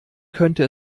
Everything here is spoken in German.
könnte